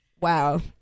wow